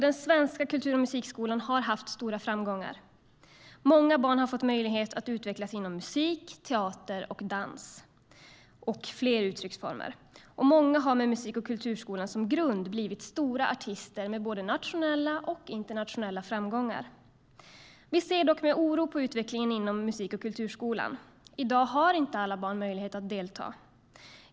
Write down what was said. Den svenska musik och kulturskolan har haft stora framgångar. Många barn har fått möjlighet att utvecklas inom musik, teater och dans och ytterligare andra uttrycksformer. Många har med musik och kulturskolan som grund blivit stora artister med både nationella och internationella framgångar. Vi ser dock med oro på utvecklingen inom musik och kulturskolan. I dag har inte alla barn möjlighet att delta.